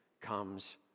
comes